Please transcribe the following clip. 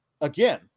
again